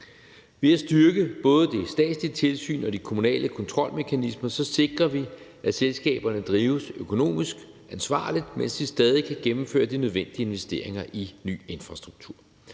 Ved at styrke både det statslige tilsyn og de kommunale kontrolmekanismer sikrer vi, at selskaberne drives økonomisk ansvarligt, mens de stadig kan gennemføre de nødvendige investeringer i ny infrastruktur,